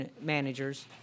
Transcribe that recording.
managers